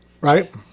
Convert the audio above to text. Right